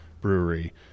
brewery